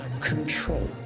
control